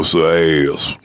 ass